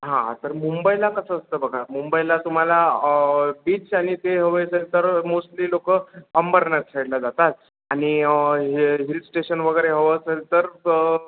हां तर मुंबईला कसं असतं बघा मुंबईला तुम्हाला बीच आणि ते हवे असेल तर मोस्टली लोकं अंबरनाथ साईडला जातात आणि हिल स्टेशन वगैरे हवं असेल तर